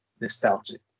nostalgic